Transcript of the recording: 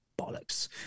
bollocks